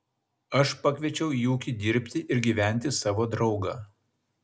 aš pakviečiau į ūkį dirbti ir gyventi savo draugą